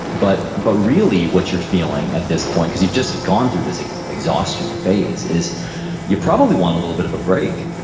but but really what you're feeling at this point, because you've just gone through this exhaustion phase, is you probably want a little bit of a break,